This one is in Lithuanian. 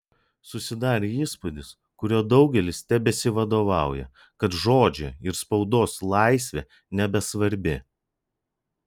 susidarė įspūdis kuriuo daugelis tebesivadovauja kad žodžio ir spaudos laisvė nebesvarbi